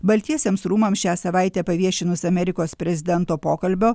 baltiesiems rūmams šią savaitę paviešinus amerikos prezidento pokalbio